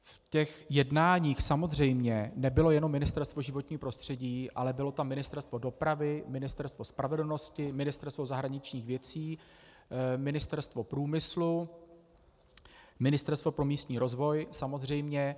V jednáních samozřejmě nebylo jenom Ministerstvo životního prostředí, ale bylo tam Ministerstvo dopravy, Ministerstvo spravedlnosti, Ministerstvo zahraničních věcí, Ministerstvo průmyslu, Ministerstvo pro místní rozvoj samozřejmě.